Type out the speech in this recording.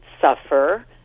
suffer